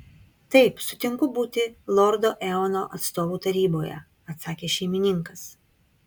taip sutinku būti lordo eono atstovu taryboje atsakė šeimininkas